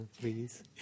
please